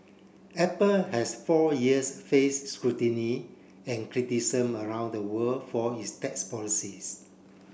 Apple has for years face scrutiny and cristicism around the world for its tax policies